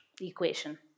equation